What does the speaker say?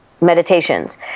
meditations